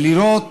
ולראות